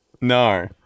No